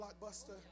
Blockbuster